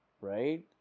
right